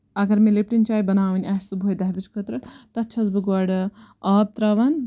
اگر مےٚ لِپٹَن چاے بَناوٕنۍ آسہِ صُبحٲے دَہہِ بَجہِ خٲطرٕ تتھ چھَس بہٕ گۄڈٕ آب تراوان